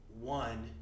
one